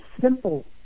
simple